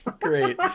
Great